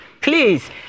please